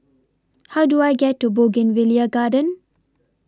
How Do I get to Bougainvillea Garden